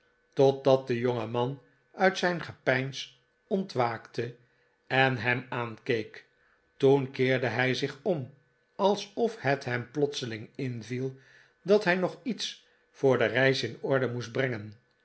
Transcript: totdat de jongeman uit zijn gepeins ontwaakte en hem aankeek toen keerde hij zich om alsof het hem plotseling inviel dat hij nog iets voor de reis in orde moest brengen